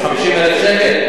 ב-50,000 שקל?